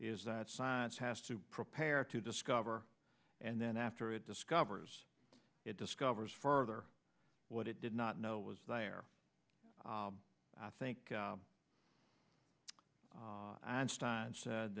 is that science has to prepare to discover and then after it discovers it discovers further what it did not know was there i think